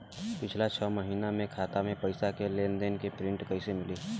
पिछला छह महीना के खाता के पइसा के लेन देन के प्रींट कइसे मिली?